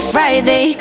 Friday